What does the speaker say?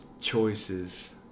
choices